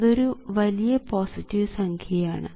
അത് ഒരു വലിയ പോസിറ്റീവ് സംഖ്യയാണ്